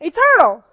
Eternal